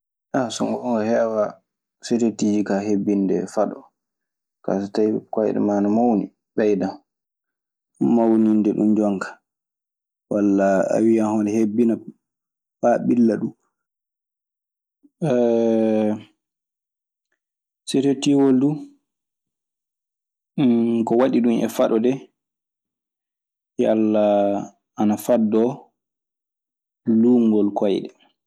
so ngoonga heewaa setettiiji kaa hebbinde paɗe. Ka so tawii koyɗe maa na mawni ɓeydan. Mawninde ɗun jon kaa walla a wiyan hono hebbina faa ɓilla ɗun. Setetii oo du ko waɗi ɗun e faɗo de yalla ana faddoo luuɓngol koyɗe.